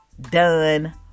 done